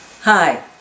Hi